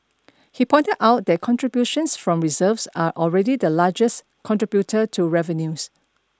he pointed out that contributions from reserves are already the largest contributor to revenues